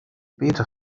beete